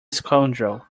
scoundrel